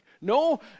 No